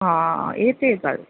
हां एह् स्हेई गल्ल